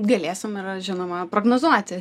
galėsim ir žinoma prognozuoti